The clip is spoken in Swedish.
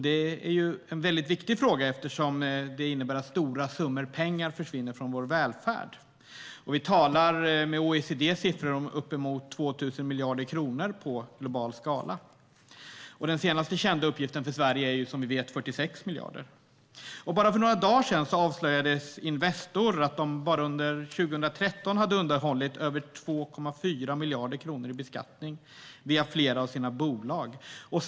Det är en viktig fråga eftersom det innebär att stora summor pengar försvinner från vår välfärd. Enligt OECD:s siffror talar vi om uppemot 2 000 miljarder kronor på global skala. Den senaste kända uppgiften för Sverige är, som vi vet, 46 miljarder. För bara några dagar sedan avslöjade Investor att man bara under 2013 hade undanhållit över 2,4 miljarder kronor från beskattning via flera av sina bolag.